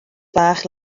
fach